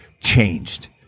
changed